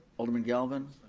alderman galvin.